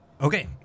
Okay